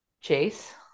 Chase